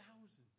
thousands